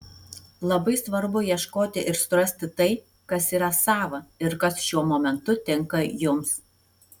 labai svarbu ieškoti ir surasti tai kas yra sava ir kas šiuo momentu tinka jums